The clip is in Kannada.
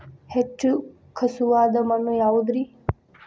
ಹೆಚ್ಚು ಖಸುವಾದ ಮಣ್ಣು ಯಾವುದು ರಿ?